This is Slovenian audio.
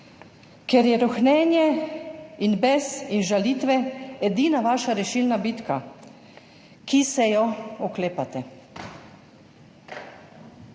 Ker so rohnenje in bes in žalitve edina vaša rešilna bitka, ki se je oklepate.